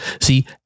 See